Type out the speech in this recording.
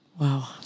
Wow